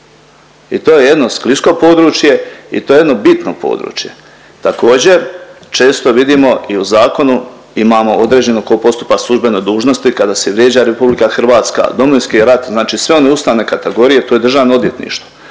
i to je jedno sklisko područje i to je jedno bitno područje. Također često vidimo i u zakonu imamo određeno ko postupa po službenoj dužnosti kada se vrijeđa RH, Domovinski rat, znači sve one ustavne kategorije, to je državno odvjetništvo